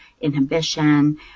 inhibition